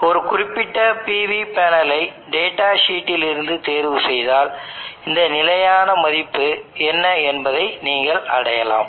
ஒரு குறிப்பிட்ட PV பேனலை டேட்டா சீட்டில் இருந்து தேர்வு செய்தால் இந்த நிலையான மதிப்பு என்ன என்பதை நீங்கள் அடையலாம்